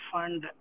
Fund